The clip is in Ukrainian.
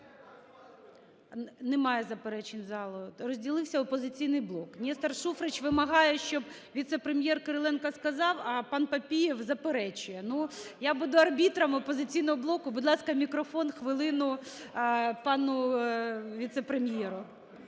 Немає заперечень залу. Розділився "Опозиційний блок". Нестор Шуфрич вимагає, щоб віце-прем'єр Кириленко сказав, а панПапієв заперечує. Ну, я буду арбітром "Опозиційного блоку". Будь ласка, мікрофон хвилину пану віце-прем'єру.